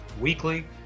weekly